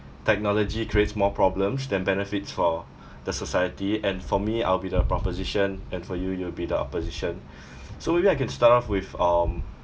technology creates more problems than benefits for the society and for me I'll be the proposition and for you you will be the opposition so maybe I can start off with um